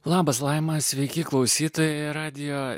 labas laima sveiki klausytojai radijo